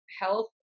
health